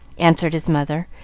answered his mother,